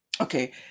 okay